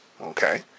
Okay